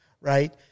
right